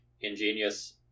ingenious